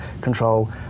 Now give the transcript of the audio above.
control